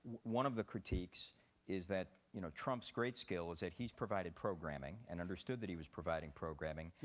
one of the critiques is that you know trump's great skill is that he's provided programming and understood that he was providing programming,